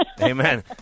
Amen